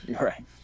Right